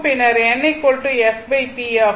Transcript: பின்னர் n fp ஆகும்